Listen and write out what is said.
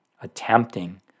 attempting